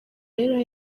rero